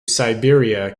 siberia